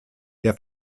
der